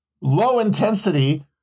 low-intensity